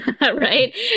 right